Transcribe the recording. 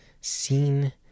seen